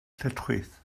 lletchwith